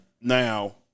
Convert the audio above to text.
Now